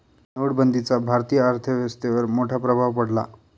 नोटबंदीचा भारतीय अर्थव्यवस्थेवर मोठा प्रभाव पडला